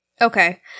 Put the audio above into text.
Okay